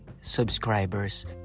subscribers